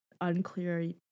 unclear